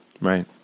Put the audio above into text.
Right